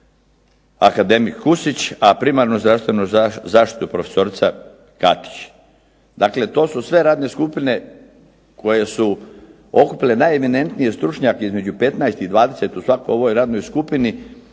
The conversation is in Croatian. akademik Kusić, a primarnu zdravstvenu zaštitu profesorica Kakić. Dakle, to su sve radne skupine koje su okupile najeminentnije stručnjake između 15 i 20 u svakoj ovoj radnoj skupini